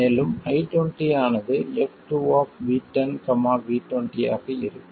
மேலும் I20 ஆனது f2V10 V20 ஆக இருக்கும்